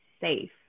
safe